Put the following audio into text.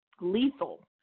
lethal